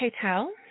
hotel